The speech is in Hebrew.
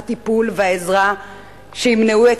הטיפול והעזרה שימנעו את